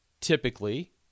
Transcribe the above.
typically